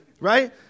Right